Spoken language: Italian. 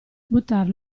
buttar